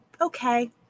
Okay